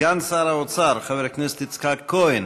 סגן שר האוצר חבר הכנסת יצחק כהן